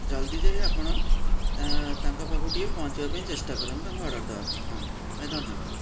ଜଲଦି ଯାଇ ଆପଣ ତା ତାଙ୍କ ପାଖକୁ ଟିକେ ପହଞ୍ଚିବା ପାଇଁ ଚେଷ୍ଟା କରନ୍ତୁ ତାଙ୍କ ଅର୍ଡ଼ର୍ ଦେବା ପାଇଁ ହଁ ଭାଇ ଧନ୍ୟବାଦ